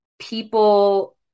people